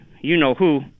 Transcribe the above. you-know-who